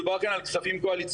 מדובר כאן על כספים קואליציוניים,